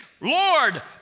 Lord